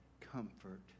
Comfort